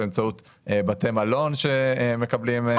באמצעות בתי מלון שמקבלים עולים.